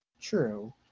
True